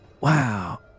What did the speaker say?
wow